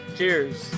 Cheers